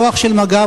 כוח של מג"ב,